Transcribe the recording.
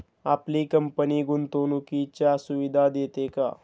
आपली कंपनी गुंतवणुकीच्या सुविधा देते का?